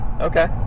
Okay